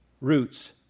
roots